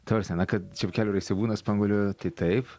ta prasme na kad čepkelių raiste būna spanguolių tai taip